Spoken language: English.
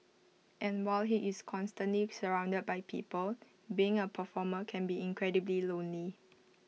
and while he is constantly surrounded by people being A performer can be incredibly lonely